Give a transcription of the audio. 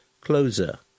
Closer